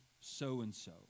so-and-so